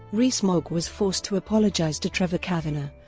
rees-mogg was forced to apologise to trevor kavanagh,